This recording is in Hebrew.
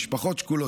משפחות שכולות,